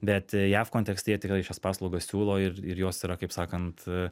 bet jav kontekste jie tikrai šias paslaugas siūlo ir ir jos yra kaip sakant